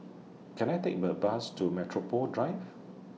Can I Take The Bus to Metropole Drive